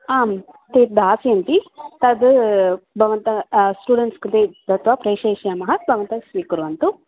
आं ते दास्यन्ति तद्भवन्तः स्टूेण्ट्स् कृते दत्वा प्रेषयिष्यामः त्वं तत् स्वीकुर्वन्तु